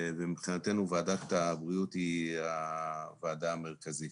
מבחינתנו ועדת הבריאות היא הוועדה המרכזית.